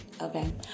okay